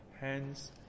Hence